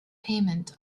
payment